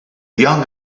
young